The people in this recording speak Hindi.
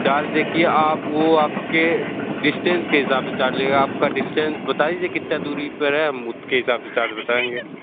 चार्ज देखिए आप वो आपके डिस्टेन्स के हिसाब से चार्ज लेगा आपका डिस्टन्स बता दीजिए कितना दूरी पर है हम उसके हिसाब से चार्ज बताएंगे